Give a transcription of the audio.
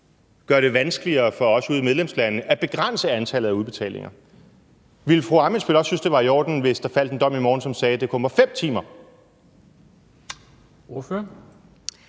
gør det vanskeligere for os ude i medlemslandene at begrænse antallet af udbetalinger. Ville fru Ammitzbøll også synes, det var i orden, hvis der faldt en dom i morgen, som sagde, at det kun var 5 timer?